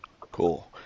Cool